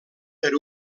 per